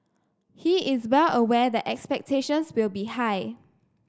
he is well aware that expectations will be high